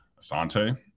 Asante